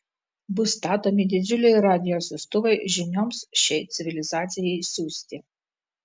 bus statomi didžiuliai radijo siųstuvai žinioms šiai civilizacijai siųsti